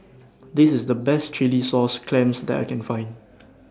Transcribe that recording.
This IS The Best Chilli Sauce Clams that I Can Find